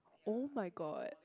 oh-my-god